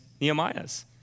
Nehemiah's